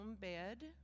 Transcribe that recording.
bed